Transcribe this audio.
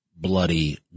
bloody